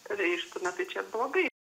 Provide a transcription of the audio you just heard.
tada aišku na tai čia blogai